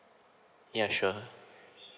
ya sure